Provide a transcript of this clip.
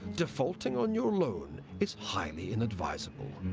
defaulting on your loan is highly inadvisable.